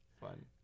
fun